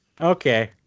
Okay